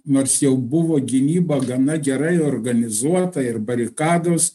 nors jau buvo gynyba gana gerai organizuota ir barikados